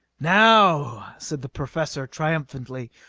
now, said the professor triumphantly,